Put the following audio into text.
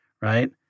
right